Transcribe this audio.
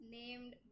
named